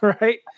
Right